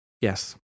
Yes